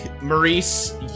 Maurice